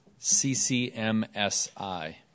CCMSI